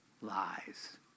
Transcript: lies